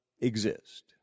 exist